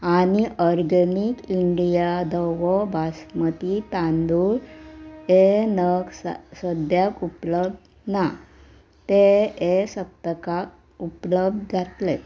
आनी organic India धवो बासमती तांदूळ हे नग सद्याक उपलब्ध ना ते हे सप्तकाक उपलब्ध जातले